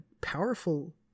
powerful